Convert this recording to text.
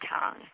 tongue